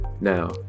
Now